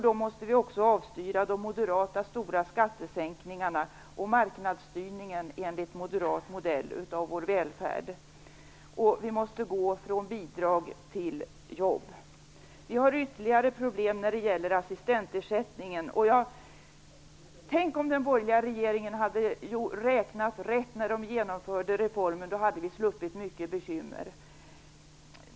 Då måste vi också avstyra moderaternas stora skattesänkningar och marknadsstyrningen av vår välfärd enligt moderaternas modell. Vi måste gå från bidrag till jobb. Det finns ytterligare problem när det gäller assistentersättningen. Tänk om den borgerliga regeringen hade räknat rätt när reformen genomfördes! Då hade vi sluppit många bekymmer.